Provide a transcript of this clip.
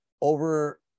over